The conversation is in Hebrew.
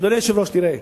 אדוני היושב-ראש, תראה,